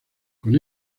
con